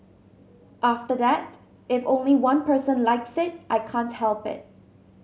after that if only one person likes it I can't help it